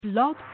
Blog